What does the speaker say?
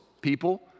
people